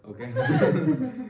okay